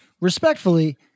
respectfully